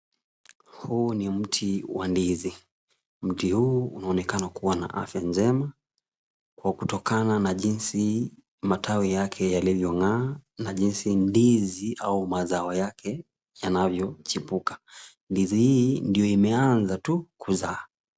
Huu ni mti wa ndizi. Mti huu unaonekana kuwa na afya njema kwa kutokana na jinsi matawi yake yalivyong'aa na jinsi ndizi au mazao yake yanavyochipuka. Ndizi hii ndio imeanza tu kuzaa.